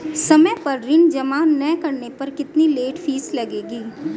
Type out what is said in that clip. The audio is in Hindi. समय पर ऋण जमा न करने पर कितनी लेट फीस लगेगी?